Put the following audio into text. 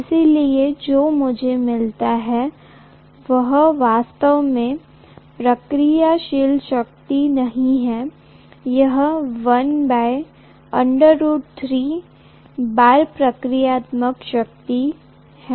इसलिए जो मुझे मिलता है वह वास्तव में प्रतिक्रियाशील शक्ति नहीं है यह बार प्रतिक्रियात्मक शक्ति है